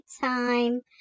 time